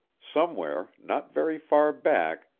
somewhere, not very far back,